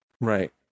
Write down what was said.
right